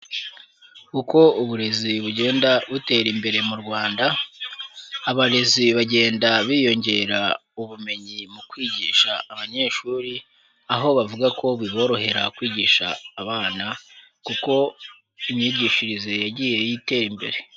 Uko uburezi bugenda butera imbere mu Rwanda, abarezi bagenda biyongera ubumenyi mu kwigisha abanyeshuri; aho bavuga ko biborohera kwigisha abana kuko imyigishirize yagiye itera imbere.